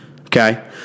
Okay